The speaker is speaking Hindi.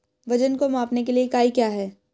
वजन को मापने के लिए इकाई क्या है?